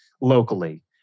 locally